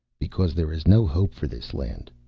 because there is no hope for this land.